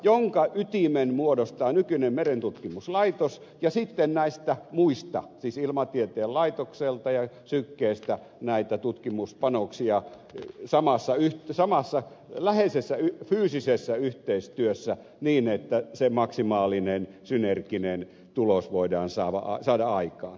sen ytimen muodostaa nykyinen merentutkimuslaitos ja sitten näistä muista siis ilmatieteen laitoksesta ja sykestä tulee näitä tutkimuspanoksia samassa läheisessä fyysisessä yhteistyössä niin että se maksimaalinen synerginen tulos voidaan saada aikaan